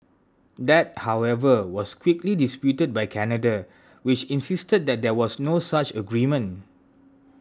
that however was quickly disputed by Canada which insisted that there was no such agreement